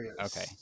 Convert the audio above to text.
Okay